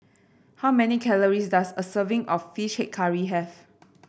how many calories does a serving of fish head curry have